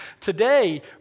today